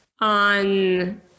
on